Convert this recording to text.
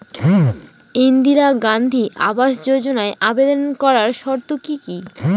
ইন্দিরা গান্ধী আবাস যোজনায় আবেদন করার শর্ত কি কি?